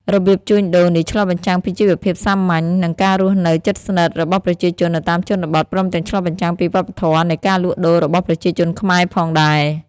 របៀបជួញដូរនេះឆ្លុះបញ្ចាំងពីជីវភាពសាមញ្ញ និងការរស់នៅជិតស្និទ្ធរបស់ប្រជាជននៅតាមជនបទ ព្រមទាំងឆ្លុះបញ្ចាំងពីវប្បធម៏នៃការលក់ដូររបស់ប្រជាជនខ្មែរផងដែរ។